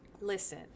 listen